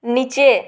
নিচে